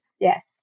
yes